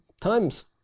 Time's